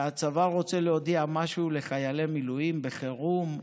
והצבא רוצה להודיע משהו לחיילי מילואים בחירום,